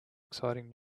exciting